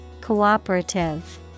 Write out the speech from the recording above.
Cooperative